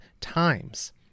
times